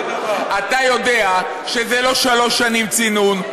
אתה יודע שזה לא שלוש שנים צינון,